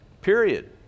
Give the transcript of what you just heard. period